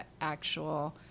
actual